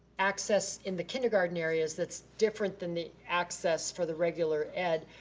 access in the kindergarten areas that's different than the access for the regular ed,